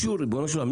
ריבונו של עולם,